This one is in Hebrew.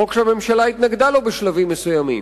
חוק שהממשלה התנגדה לו בשלבים מסוימים.